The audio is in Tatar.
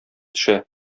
төшә